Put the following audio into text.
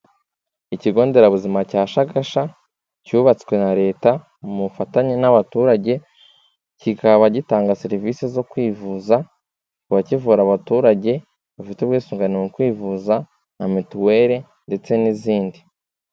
Ikigo nderabuzima cya Shagasha, cyubatswe na leta, mu bufatanye n'abaturage, kikaba gitanga serivisi zo kwivuza, kikaba kivura abaturage, bafite ubwisungane mu kwivuza nka mituweli ndetse n'izindi.